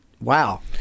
wow